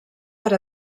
per